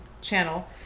Channel